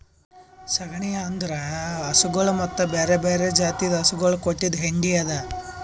ಸಗಣಿ ಅಂದುರ್ ಹಸುಗೊಳ್ ಮತ್ತ ಬ್ಯಾರೆ ಬ್ಯಾರೆ ಜಾತಿದು ಹಸುಗೊಳ್ ಕೊಟ್ಟಿದ್ ಹೆಂಡಿ ಅದಾ